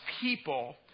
people